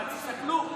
אבל מצלמות,